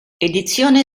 edizione